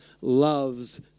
loves